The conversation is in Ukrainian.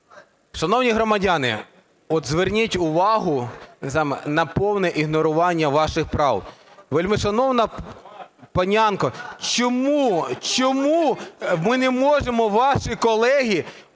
Шановні громадяни, от зверніть увагу на повне ігнорування ваших прав. Вельмишановна панянко, чому ми не можемо, ваші колеги,